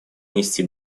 нести